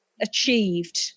achieved